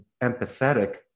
empathetic